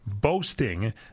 Boasting